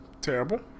terrible